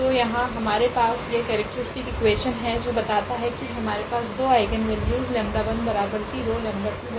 तो यहाँ हमारे पास यह केरेक्ट्रीस्टिक इक्वेशन है जो बताता है की हमारे पास दो आइगनवेल्यूस 𝜆10 𝜆23 है